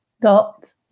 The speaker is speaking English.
dot